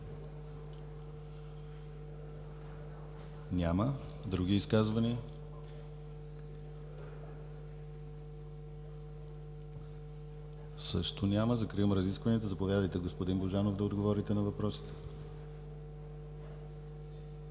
Няма. Други изказвания? Също няма. Закривам разискванията. Заповядайте, господин Божанов, да отговорите на въпросите.